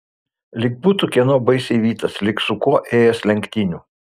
lyg būtų kieno baisiai vytas lyg su kuo ėjęs lenktynių